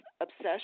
obsession